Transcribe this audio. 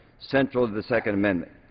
central to the second amendment.